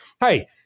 Hey